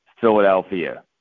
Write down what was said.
Philadelphia